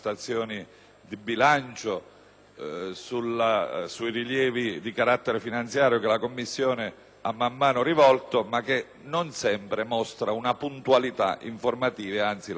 sui rilievi di carattere finanziario che la Commissione ha man mano sollevato, ma non sempre mostra una puntualità informativa; anzi, la inviterei a